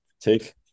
take